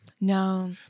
No